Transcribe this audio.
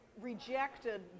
rejected